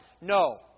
No